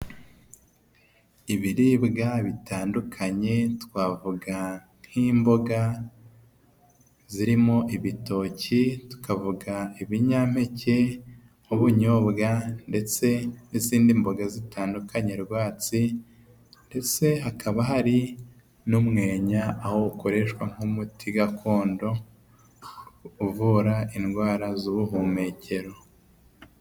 Ibiribwa bitandukanye twavuga nk'imboga zirimo ibitoki, tukavuga ibinyampeke nk'ubunyobwa ndetse n'izindi mboga zitandukanye rwatsi ndetse hakaba hari n'umwenya, aho ukoreshwa nk'umuti gakondo uvura indwara z'ubuhumekero.